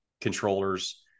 controllers